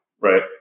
Right